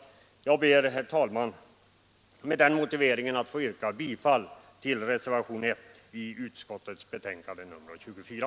Herr talman! Jag ber med den motiveringen att få yrka bifall till reservationen 1 i justitieutskottets betänkande nr 24.